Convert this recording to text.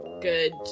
Good